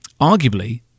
Arguably